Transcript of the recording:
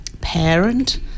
parent